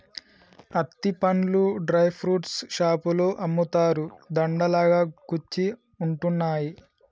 అత్తి పండ్లు dry fruits షాపులో అమ్ముతారు, దండ లాగా కుచ్చి ఉంటున్నాయి